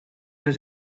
does